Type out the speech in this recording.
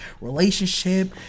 relationship